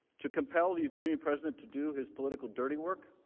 to compel the ukrainian president to do his political dirty work,